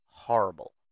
horrible